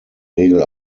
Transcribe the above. regel